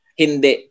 hindi